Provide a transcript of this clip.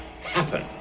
Happen